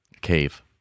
Cave